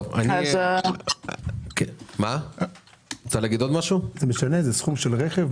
משנה מה גובה סכום הרכב?